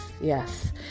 Yes